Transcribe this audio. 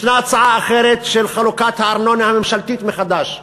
יש הצעה אחרת של חלוקת הארנונה הממשלתית מחדש.